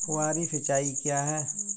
फुहारी सिंचाई क्या है?